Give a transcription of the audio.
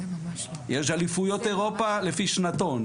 יש אליפויות אירופה לפי שנתון.